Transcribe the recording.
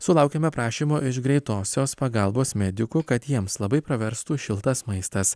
sulaukėme prašymo iš greitosios pagalbos medikų kad jiems labai praverstų šiltas maistas